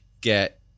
get